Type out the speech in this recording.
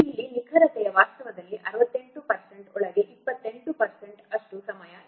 ಇಲ್ಲಿ ನಿಖರತೆಯು ವಾಸ್ತವದಲ್ಲಿ 68 ಒಳಗೆ 20 ಅಷ್ಟು ಸಮಯ ಇರುತ್ತದೆ